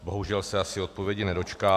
Bohužel se asi odpovědi nedočkám...